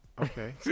Okay